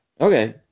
okay